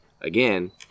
again